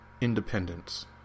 independence